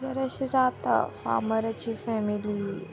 जर अशें जाता फामराची फॅमिली